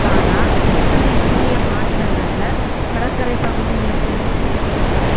ஆனால் எத்தனை இந்திய மாநிலங்களில் கடற்கரை பகுதி இருக்குது